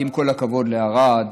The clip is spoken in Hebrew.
עם כל הכבוד לערד,